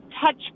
touch